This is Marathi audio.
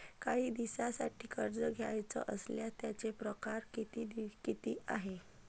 कायी दिसांसाठी कर्ज घ्याचं असल्यास त्यायचे परकार किती हाय?